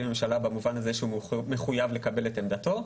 לממשלה במובן הזה שהוא מחויב לקבל את עמדתו,